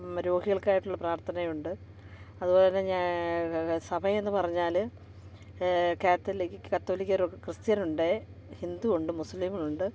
രോഗികൾക്കായിട്ടുള്ള പ്രാർത്ഥനയുണ്ട് അതുപോലെ സഭയെന്ന് പറഞ്ഞാൽ ക്യാത്തലിക്ക് കത്തോലിക്കേൽ ക്രിസ്ത്യനുണ്ട് ഹിന്ദുവുണ്ട് മുസ്ലിമൊണ്ട്